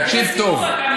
תקשיב טוב.